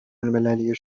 المللی